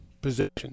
position